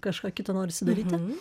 kažką kita norisi daryti